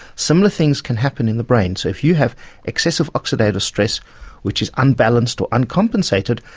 similar things can happen in the brain. so if you have excessive oxidative stress which is unbalanced or uncompensated,